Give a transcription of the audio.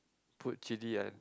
put chilli and